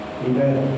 Amen